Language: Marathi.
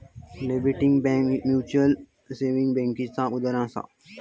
लिबर्टी बैंक म्यूचुअल सेविंग बैंकेचा उदाहरणं आसा